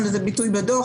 בדו"ח,